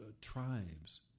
tribes